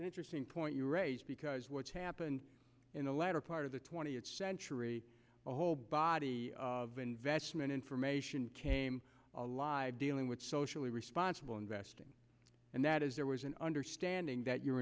an interesting point you raised because what's happened in the latter part of the twentieth century a whole body of investment information came alive dealing with socially responsible investing and that is there was an understanding that your